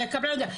הקבלן יודע.